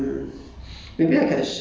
um